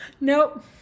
Nope